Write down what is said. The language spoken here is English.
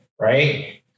right